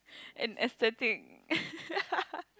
and aesthetic